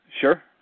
Sure